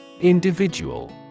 Individual